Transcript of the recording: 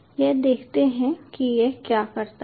तो देखते हैं कि यह क्या करता है